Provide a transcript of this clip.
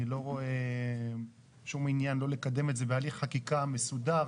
אני לא רואה שום עניין לא לקדם את זה בהליך חקיקה מסודר,